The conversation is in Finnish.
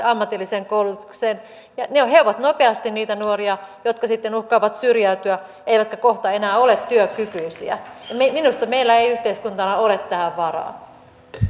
ammatilliseen koulutukseen he ovat nopeasti niitä nuoria joita sitten uhkaa syrjäytyminen eivätkä he kohta enää ole työkykyisiä minusta meillä ei yhteiskuntana ole tähän varaa